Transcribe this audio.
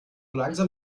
langsam